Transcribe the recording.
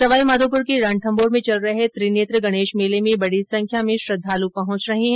सवाईमाधोपुर के रणथम्भौर में चल रहे त्रिनेत्र गणेश मेले में बडी संख्या में श्रद्वाल पहुंच रहे है